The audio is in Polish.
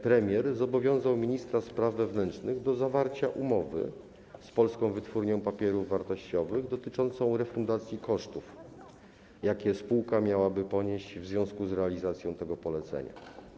Premier zobowiązał ministra spraw wewnętrznych do zawarcia umowy z Polską Wytwórnią Papierów Wartościowych dotyczącą refundacji kosztów, jakie spółka miałaby ponieść w związku z realizacją tego polecenia.